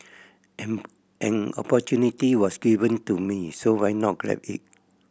an an opportunity was given to me so why not grab it